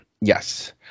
Yes